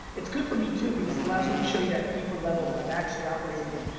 it's good for me too because it allows me to show you that deeper level that i'm actually operating in,